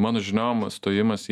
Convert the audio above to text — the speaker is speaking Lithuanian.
mano žiniom stojimas į